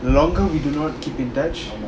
the longer we do not keep in touch